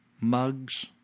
Mugs